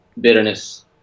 bitterness